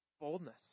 boldness